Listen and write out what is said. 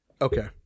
Okay